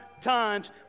times